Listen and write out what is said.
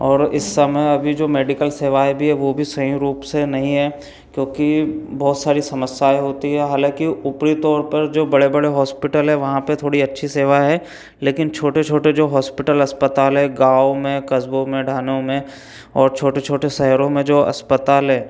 और इस समय अभी जो मेडिकल सेवाएँ भी हैं वो भी सही रूप से नहीं है क्योंकि बहुत सारी समस्याएँ होती हैं हालाँकि ऊपरी तौर पर जो बड़े बड़े हॉस्पिटल हैं वहाँ पर थोड़ी अच्छी सेवा है लेकिन छोटे छोटे जो हॉस्पिटल अस्पताल हैं गाँव में कस्बों में ढानों में और छोटे छोटे शहरों में जो अस्पताल है